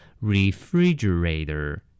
Refrigerator